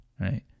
right